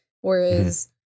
Whereas